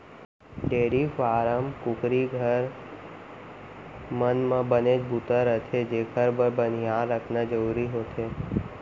dairy farm, कुकरी घर, मन म बनेच बूता रथे जेकर बर बनिहार रखना जरूरी होथे